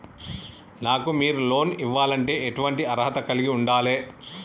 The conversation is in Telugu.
నాకు మీరు లోన్ ఇవ్వాలంటే ఎటువంటి అర్హత కలిగి వుండాలే?